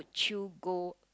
would you go